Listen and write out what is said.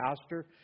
pastor